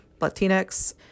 Latinx